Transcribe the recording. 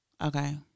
okay